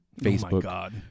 Facebook